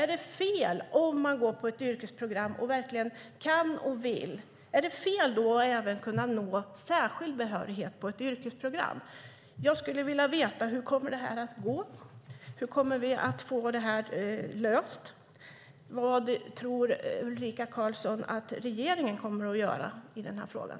Är det fel, om man verkligen vill och kan, att även kunna få särskild behörighet på ett yrkesprogram? Jag skulle vilja veta hur det kommer att gå. Hur kommer vi att få det löst? Vad tror Ulrica Carlsson att regeringen kommer att göra i den här frågan?